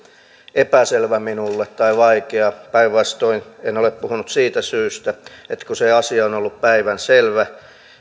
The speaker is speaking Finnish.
epäselvä minulle tai vaikea päinvastoin en ole puhunut siitä syystä että se asia on ollut päivänselvä